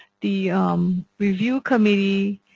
the review committee